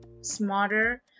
smarter